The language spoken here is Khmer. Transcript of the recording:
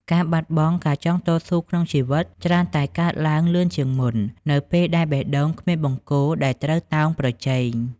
ការបាត់បង់ការចង់តស៊ូក្នុងជីវិត ច្រើនតែកើតឡើងលឿនជាងមុន នៅពេលដែលបេះដូងគ្មានបង្គោលដែលត្រូវតោងប្រជែង។